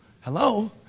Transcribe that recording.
Hello